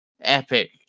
Epic